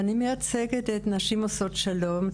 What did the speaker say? אני מייצגת את נשים עושות שלום,